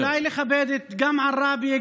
אולי לכבד גם את עראבה,